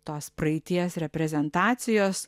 tos praeities reprezentacijos